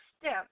step